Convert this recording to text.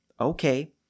Okay